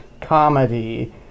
comedy